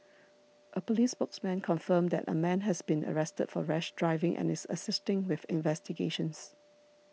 a police spokesman confirmed that a man has been arrested for rash driving and is assisting with investigations